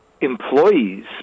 employees